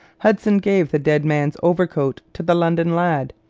hudson gave the dead man's overcoat to the london lad.